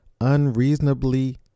unreasonably